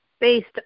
based